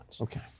Okay